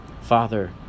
Father